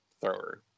thrower